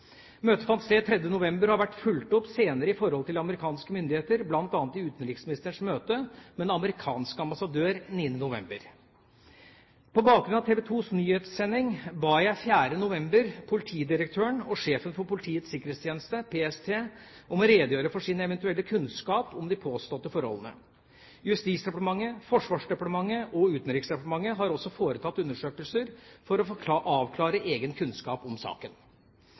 fant sted 3. november og har vært fulgt opp senere i forhold til amerikanske myndigheter, bl.a. i utenriksministerens møte med den amerikanske ambassadør 9. november. På bakgrunn av TV 2s nyhetssending ba jeg 4. november politidirektøren og sjefen for Politiets sikkerhetstjeneste, PST, om å redegjøre for sin eventuelle kunnskap om de påståtte forholdene. Justisdepartementet, Forsvarsdepartementet og Utenriksdepartementet har også foretatt undersøkelser for å avklare egen kunnskap om saken.